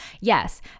yes